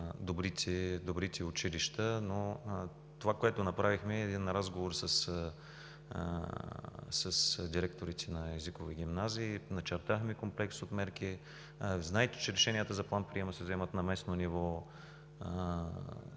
добрите училища. Това, което направихме, е разговор с директорите на езикови гимназии. Начертахме комплекс от мерки. Знаете, че решенията за план-приема се вземат на местно ниво.